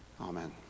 Amen